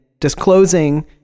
disclosing